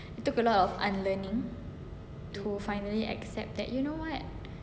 took a lot of unlearning to finally accept that you know what